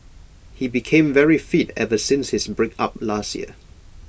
he became very fit ever since his breakup last year